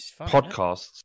podcasts